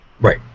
Right